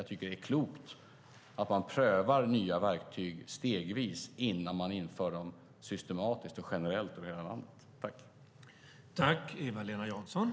Jag tycker att det är klokt att man prövar nya verktyg stegvis innan man inför dem systematiskt och generellt över hela landet.